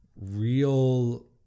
real